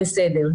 בסדר,